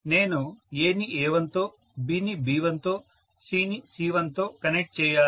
నేను A ని A1తో B ని B1తో C ని C1 తో కనెక్ట్ చేయాలి